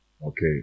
Okay